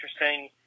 interesting